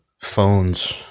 phones